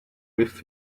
with